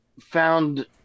Found